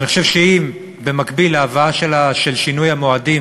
אני חושב שאם במקביל להבאה של שינוי המועדים